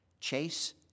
Chase